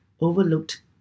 overlooked